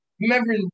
remember